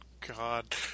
God